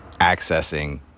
accessing